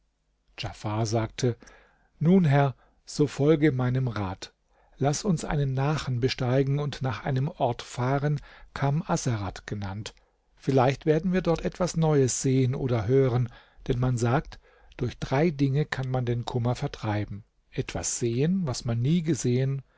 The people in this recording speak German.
djafar sagte nun herr so folge meinem rat laß uns einen nachen besteigen und nach einem ort fahren kam asserat genannt vielleicht werden wir dort etwas neues sehen oder hören denn man sagt durch drei dinge kann man den kummer vertreiben etwas sehen was man nie gesehen